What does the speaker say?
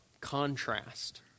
contrast